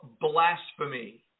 blasphemy